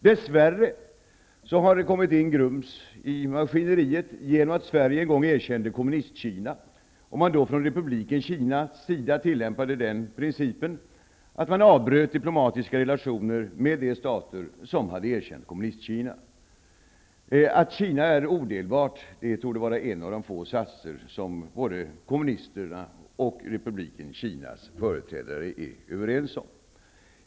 Dess värre har det kommit in grus i maskineriet, genom att Sverige en gång erkände Kommunistkina och Republiken Kina då tillämpade principen att avbryta diplomatiska relationer med de stater som hade erkänt Kommunistkina. Att Kina är odelbart torde vara en av de få satser som både kommunisterna och Republiken Kinas företrädare är överens om.